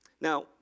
Now